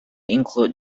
include